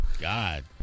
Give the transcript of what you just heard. God